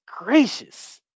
gracious